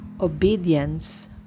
obedience